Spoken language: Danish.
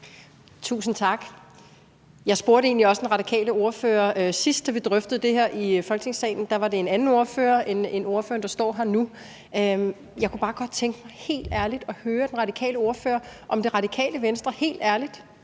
Tusind tak. Jeg spurgte egentlig også den radikale ordfører sidst, da vi drøftede det her i Folketingssalen, men da var det en anden ordfører end den ordfører, der står her nu. Jeg kunne bare godt tænke mig helt ærligt at høre den radikale ordfører, om Radikale Venstre helt ærligt